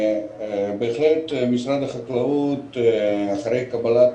משרד החקלאות אחרי קבלת